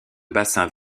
bassin